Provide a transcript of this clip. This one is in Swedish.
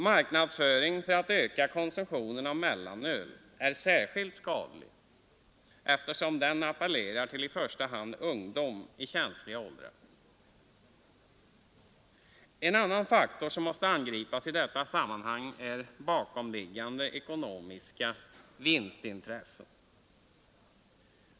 Marknadsföring för att öka konsumtionen av mellanöl är särskilt skadlig eftersom den appellerar till i första hand ungdom i känsliga åldrar. En annan faktor som måste angripas i detta sammanhang är bakomliggande ekonomiska vinstintressen.